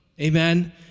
Amen